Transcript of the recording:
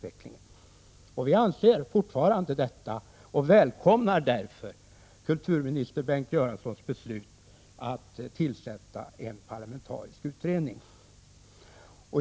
Jag anser fortfarande detta och välkomnar därför kulturminister Bengt Göranssons beslut att tillsätta en parlamentarisk utredning.